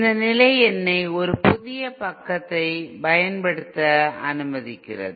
இந்த நிலை என்னை ஒரு புதிய பக்கத்தை பயன்படுத்த அனுமதிக்கிறது